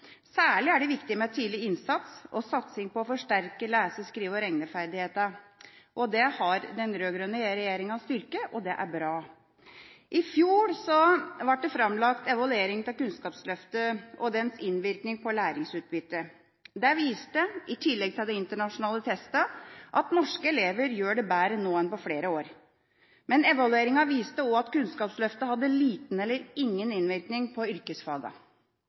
Særlig er det viktig med tidlig innsats og satsing på å forsterke lese-, skrive- og regneferdighetene. Dette har den rød-grønne regjeringa styrket, og det er bra. I fjor ble det framlagt en evaluering av Kunnskapsløftet og dets innvirkning på læringsutbyttet. Den, i tillegg til de internasjonale testene, viste at norske elever gjør det bedre nå enn på flere år. Men evalueringen viste også at Kunnskapsløftet hadde liten eller ingen innvirkning på